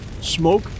smoke